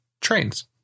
Trains